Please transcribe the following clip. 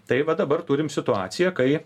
tai va dabar turim situaciją kai